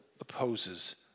opposes